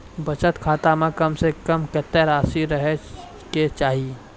बचत खाता म कम से कम कत्तेक रासि रहे के चाहि?